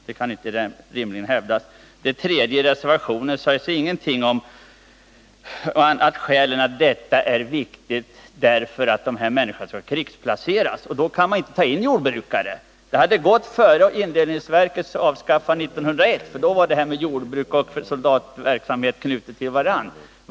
Det kan inte rimligen hävdas. Det tredje argumentet. Vad Göthe Knutson sade om jordbrukare hade gått bra före indelningsverkets avskaffande 1901, då jordbruksoch soldatverksamhet var knutna till varandra.